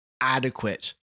adequate